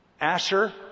Asher